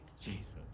Jesus